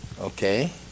Okay